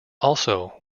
also